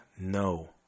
no